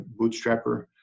bootstrapper